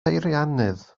beiriannydd